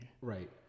Right